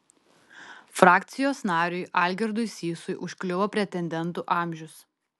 frakcijos nariui algirdui sysui užkliuvo pretendentų amžius